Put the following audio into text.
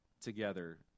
together